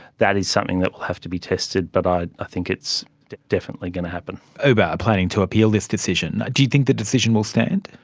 that is something that will have to be tested, but i think it's definitely going to happen. uber are planning to appeal this decision. do you think the decision will stand?